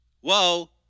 Whoa